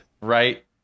right